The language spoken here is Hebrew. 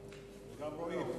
אבל הוא אומר.